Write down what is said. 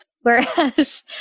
Whereas